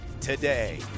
today